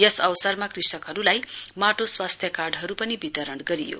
यस अवसरमा कृषकहरूलाई माटो स्वास्थ्य कार्डहरू पनि वितरण गरियो